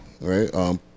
right